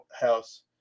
house